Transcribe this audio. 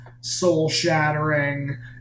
soul-shattering